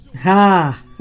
ha